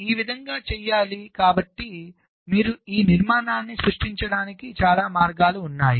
ఈ విధంగా చేయాలికాబట్టి మీరు ఈ నిర్మాణాన్ని సృష్టించడానికి చాలా మార్గాలు ఉన్నాయి